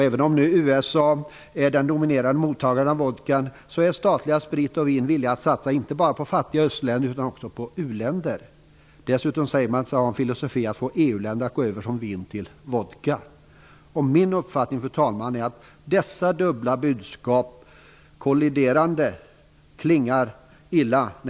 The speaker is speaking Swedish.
Även om USA är den dominerande mottagaren av vodkan är statligt Vin & Sprit villigt att satsa, inte bara på fattiga östländer utan också på u-länder. Dessutom säger man sig ha en filosofi som går ut på att få EU-länder att gå över från vin till vodka. Min uppfattning, fru talman, är att dessa dubbla budskap klingar illa.